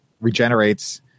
regenerates